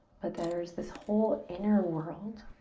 but there's this whole inner world